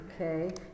Okay